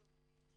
שוב,